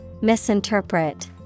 Misinterpret